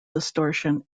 distortion